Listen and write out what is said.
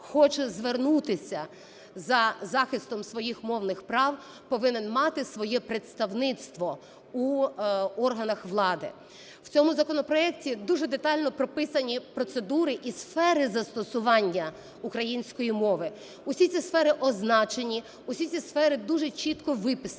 хоче звернутися за захистом своїх мовних прав, повинен мати своє представництво в органах влади. В цьому законопроекті дуже детально прописані процедури і сфери застосування української мови. Всі ці сфери означені, всі ці сфери дуже чітко виписані,